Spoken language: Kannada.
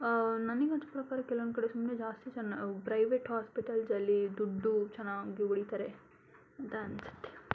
ನನಿಗೆ ಅನಿಸೋ ಪ್ರಕಾರ ಕೆಲವೊಂದು ಕಡೆ ಸುಮ್ಮನೆ ಜಾಸ್ತಿ ಜನ ಪ್ರೈವೇಟ್ ಹಾಸ್ಪಿಟಲ್ಸಲ್ಲಿ ದುಡ್ಡು ಚೆನ್ನಾಗಿ ಹೊಡಿತರೆ ಅಂತ ಅನ್ಸುತ್ತೆ